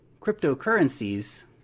cryptocurrencies